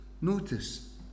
notice